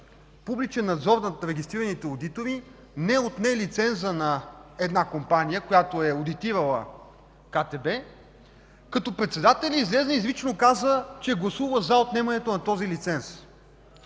публичен надзор над регистрираните одитори не отне лиценза на една компания, която е одитирала КТБ, като председателят излезе и изрично каза, че е гласувал „за” отнемането на този лиценз.